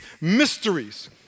mysteries